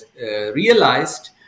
realized